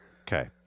Okay